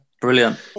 Brilliant